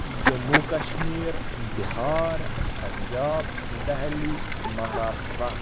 Jammu Kashmir Bihar Punjab Delhi Maharashtra